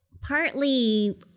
partly